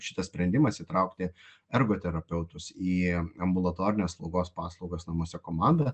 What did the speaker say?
šitas sprendimas įtraukti ergoterapeutus į ambulatorinės slaugos paslaugas namuose komandą